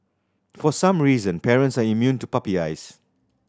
for some reason parents are immune to puppy eyes